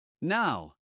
Now